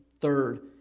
Third